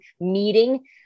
meeting